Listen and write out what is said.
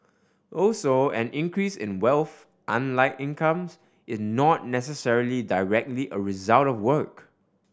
also an increase in wealth unlike incomes is not necessarily directly a result of work